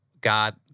God